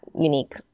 unique